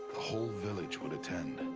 the whole village would attend.